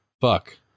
Fuck